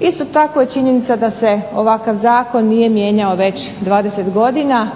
Isto tako je činjenica da se ovakav zakon nije mijenjao već 20 godina